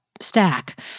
stack